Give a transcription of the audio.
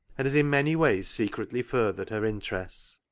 and has in many ways secretly furthered her interests.